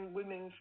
women